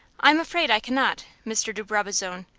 i am afraid i cannot, mr. de brabazon,